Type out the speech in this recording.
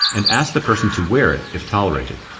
and ask the person to wear it, if tolerated.